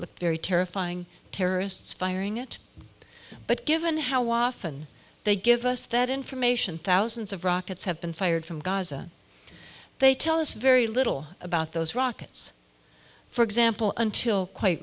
look very terrifying terrorists firing it but given how often they give us that information thousands of rockets have been fired from gaza they tell us very little about those rockets for example until quite